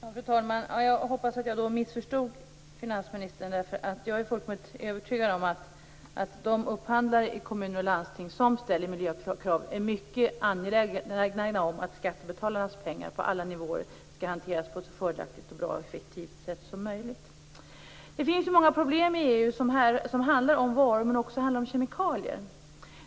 Fru talman! Jag hoppas att jag missförstod finansministern, därför att jag är fullkomligt övertygad om att de upphandlare i kommuner och landsting som ställer miljökrav är mycket angelägna om att skattebetalarnas pengar på alla nivåer skall hanteras på ett så fördelaktigt, bra och effektivt sätt som möjligt. Det finns många problem i EU som handlar om varor men också om kemikalier.